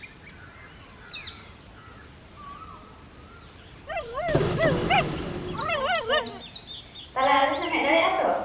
ᱟᱪᱪᱷᱟ ᱛᱟᱞᱦᱮ ᱟᱞᱮ ᱴᱷᱮᱱᱮᱢ ᱦᱮᱡ ᱫᱟᱲᱮᱭᱟᱜᱼᱟ ᱛᱚ